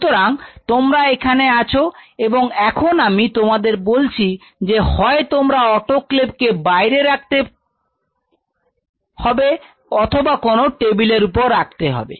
সুতরাং তোমরা এখানে আছো এবং এখন আমি তোমাদের বলছি যে হয় তোমাদের অটোক্লেভ কেবাইরে রাখতে হবে অথবা কোন টেবিলের উপর রাখতে হবে